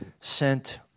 sent